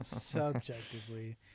subjectively